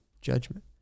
judgment